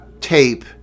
tape